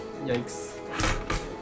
Yikes